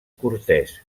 cortès